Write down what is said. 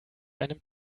einem